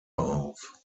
auf